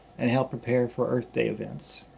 and helped prepare for earth day events.